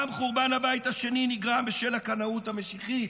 גם חורבן הבית השני נגרם בשל הקנאות המשיחית.